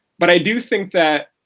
but i do think that